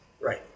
Right